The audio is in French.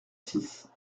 six